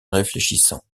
réfléchissant